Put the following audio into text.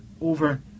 over